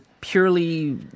purely